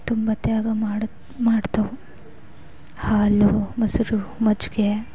ತುಂಬ ತ್ಯಾಗ ಮಾಡತ್ತೆ ಮಾಡ್ತವೆ ಹಾಲು ಮೊಸರು ಮಜ್ಜಿಗೆ